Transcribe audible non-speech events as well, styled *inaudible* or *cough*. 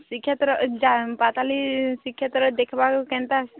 ଶ୍ରୀକ୍ଷେତ୍ର *unintelligible* ପାତାଲି ଶ୍ରୀକ୍ଷେତ୍ର ଦେଖିବାକୁ କେମିତି